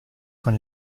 con